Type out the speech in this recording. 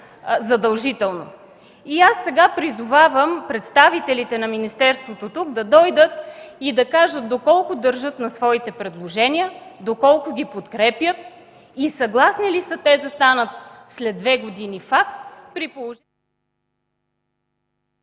задължително. Аз сега призовавам представителите на министерството тук да дойдат и да кажат доколко държат на своите предложения, доколко ги подкрепят и съгласни ли са те да станат факт след две години, при положение